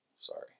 sorry